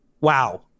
wow